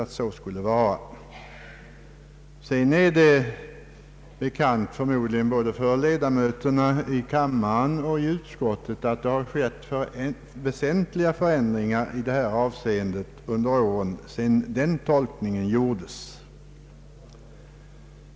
Det är förmodligen bekant både för ledamöterna i kammaren och för utskottsledamöterna att det har skett väsentliga förändringar i detta avseende under åren efter den gamla lagens ikraftträdande.